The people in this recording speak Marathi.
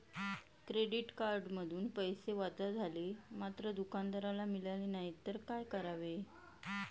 क्रेडिट कार्डमधून पैसे वजा झाले मात्र दुकानदाराला मिळाले नाहीत तर काय करावे?